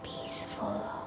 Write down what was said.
peaceful